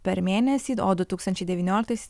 per mėnesį o du tūkstančiai devynioliktais